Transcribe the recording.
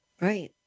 Right